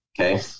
Okay